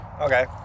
Okay